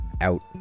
out